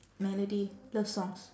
melody love songs